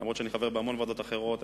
אומנם אני חבר בהמון ועדות אחרות,